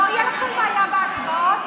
לא תהיה לכם בעיה עם ההצבעות,